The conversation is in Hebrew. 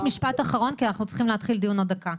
משפט אחרון כי אנחנו צריכים להתחיל דיון בעוד דקה.